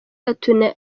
gatuna